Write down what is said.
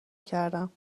کردم